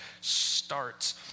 starts